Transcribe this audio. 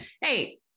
hey